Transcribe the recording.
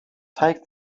take